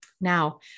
Now